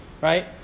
right